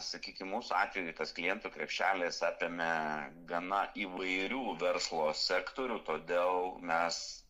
sakykim mūsų atveju tas klientų krepšelis apėmė gana įvairių verslo sektorių todėl mes